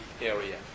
area